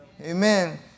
Amen